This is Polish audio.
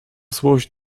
złość